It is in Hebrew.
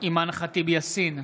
אימאן ח'טיב יאסין,